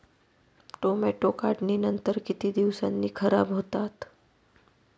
Tomato काढणीनंतर किती दिवसांनी खराब होतात?